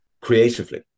creatively